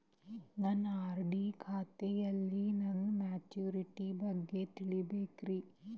ನನ್ನ ಆರ್.ಡಿ ಖಾತೆಯಲ್ಲಿ ನನ್ನ ಮೆಚುರಿಟಿ ಬಗ್ಗೆ ತಿಳಿಬೇಕ್ರಿ